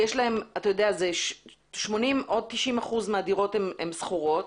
זה 80% או 90% מהדירות שכורות,